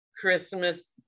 Christmas